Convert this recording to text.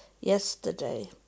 yesterday